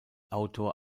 autor